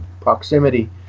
proximity